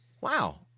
Wow